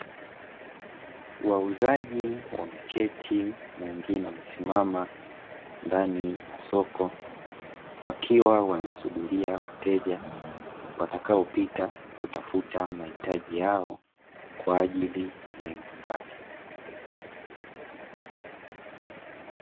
Wauzaji wameketi na wengine wamesimama ndani ya soko, wakiwa wanasubiria wateja watakaopita kutafuta mahitaji yao kwa ajili ya nyumbani.